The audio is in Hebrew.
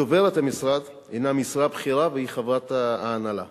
דוברת המשרד היא משרה בכירה והיא חברת ההנהלה.